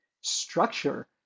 structure